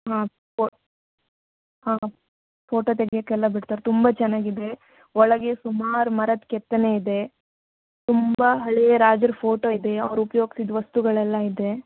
ಹಾಂ ಪೊ ಹಾಂ ಫೋಟೋ ತೆಗಿಯೋಕ್ಕೆಲ್ಲ ಬಿಡ್ತಾರೆ ತುಂಬ ಚೆನ್ನಾಗಿದೆ ಒಳಗೆ ಸುಮಾರು ಮರದ ಕೆತ್ತನೆ ಇದೆ ತುಂಬ ಹಳೆಯ ರಾಜರ ಫೋಟೋ ಇದೆ ಅವರು ಉಪಯೋಗಿಸಿದ ವಸ್ತುಗಳೆಲ್ಲ ಇದೆ